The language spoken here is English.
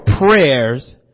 prayers